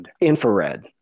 infrared